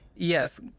Yes